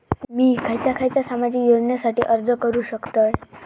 मी खयच्या खयच्या सामाजिक योजनेसाठी अर्ज करू शकतय?